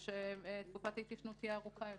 שתקופת ההתיישנות תהיה ארוכה יותר.